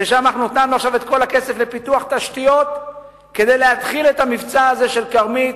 שם נתנו את כל הכסף לפיתוח תשתיות כדי להתחיל את המבצע הזה של כרמית,